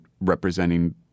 representing